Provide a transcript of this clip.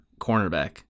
cornerback